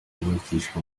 hashakishwa